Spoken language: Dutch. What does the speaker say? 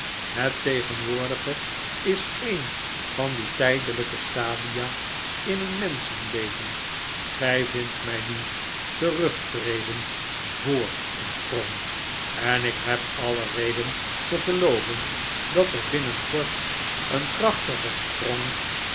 het tegenwoordige is een van die tijdelijke stadia in een menschenleven gij vindt mij nu terugtreden voor een sprong en ik heb alle reden te gelooven dat er binnenkort een krachtige sprong